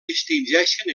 distingeixen